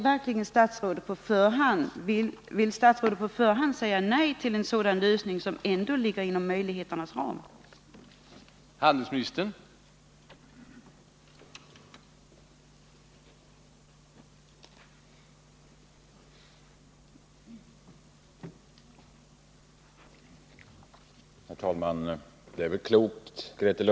Vill statsrådet på förhand säga nej till en sådan lösning, som ändå ligger inom möjligheternas ram? att säkra fortsatt svensk tillverkning av gummistövlar m.m.